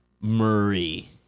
Murray